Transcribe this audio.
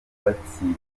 batsinda